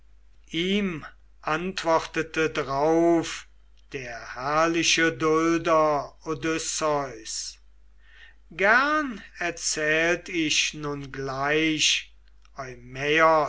ihm antwortete drauf der herrliche dulder odysseus gern erzählt ich nun gleich